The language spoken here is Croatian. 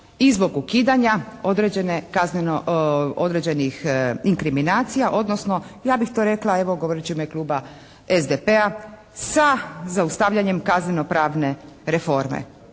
i zbog ukidanja određenih inkriminacija, odnosno ja bih to rekla evo govoreći u ime kluba SDP-a, sa zaustavljanjem kaznenopravne reforme.